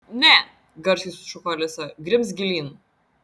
ne garsiai sušuko alisa grimzk gilyn